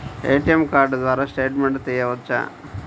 ATM card ద్వారా statement తీయవచ్చా?